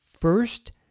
first